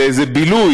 זה איזה בילוי,